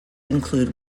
include